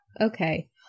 okay